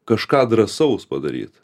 kažką drąsaus padaryt